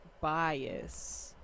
bias